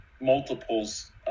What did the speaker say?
multiples